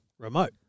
Remote